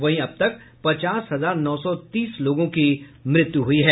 वहीं अब तक पचास हजार नौ सौ तीस लोगों की मृत्यु हुई है